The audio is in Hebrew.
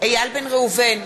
איל בן ראובן,